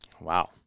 wow